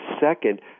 second